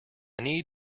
need